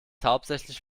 hauptsächlich